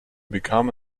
become